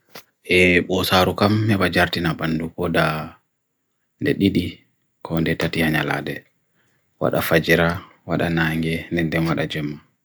e bosa rukam me bhajar tina pandu poda nididi kondeta tiyanya lade. Wada fajera, wada nanghe, nindem wada jemma.